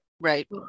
Right